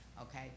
Okay